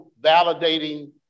validating